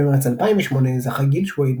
במרץ 2018 זכה גיל שויד,